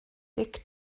dic